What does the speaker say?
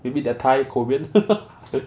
maybe they are thai korean